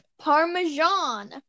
Parmesan